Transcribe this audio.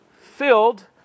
filled